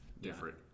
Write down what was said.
Different